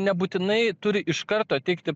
nebūtinai turi iš karto teikti